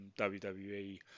WWE